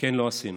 כן, לא עשינו.